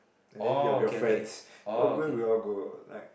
and then if you're with your friends what where will you all go ah like